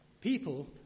people